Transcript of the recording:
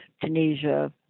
Tunisia